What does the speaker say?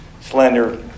slender